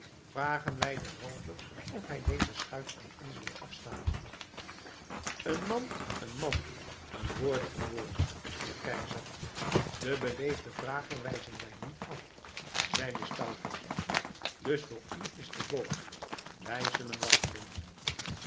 vragen wij derhalve of hij deze schuit aan ons wil afstaan een man een man een woord een woord heer keizer den beleefden vrager wijzen wij niet af zeide stauffacher dus voor u is de boot wij zullen wachten